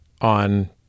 on